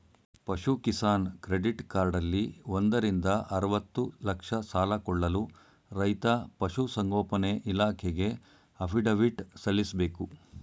ಪಶು ಕಿಸಾನ್ ಕ್ರೆಡಿಟ್ ಕಾರ್ಡಲ್ಲಿ ಒಂದರಿಂದ ಅರ್ವತ್ತು ಲಕ್ಷ ಸಾಲ ಕೊಳ್ಳಲು ರೈತ ಪಶುಸಂಗೋಪನೆ ಇಲಾಖೆಗೆ ಅಫಿಡವಿಟ್ ಸಲ್ಲಿಸ್ಬೇಕು